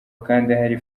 hari